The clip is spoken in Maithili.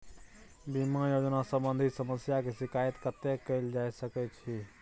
बीमा योजना सम्बंधित समस्या के शिकायत कत्ते कैल जा सकै छी?